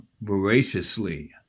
voraciously